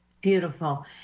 Beautiful